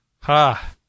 Ha